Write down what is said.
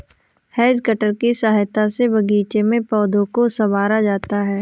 has cutter की सहायता से बागीचों में पौधों को सँवारा जाता है